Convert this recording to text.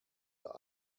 der